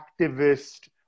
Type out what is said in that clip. activist